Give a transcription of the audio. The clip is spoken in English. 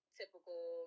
typical